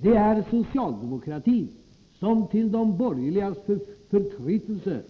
Det är socialdemokratin som till de borgerligas förtrytelse